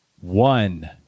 One